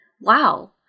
wow